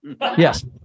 Yes